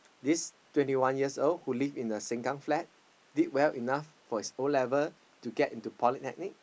this twenty one years old who live in the Sengkang flat did well enough for his O-level to get into polytechnic